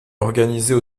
organisées